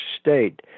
state